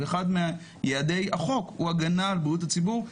ואחד מיעדי החוק הוא הגנה על בריאות הציבור,